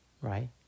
Right